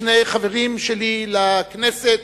שני חברים שלי לכנסת,